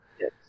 Yes